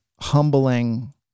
humbling